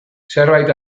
zerbait